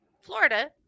Florida